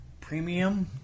Premium